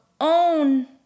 own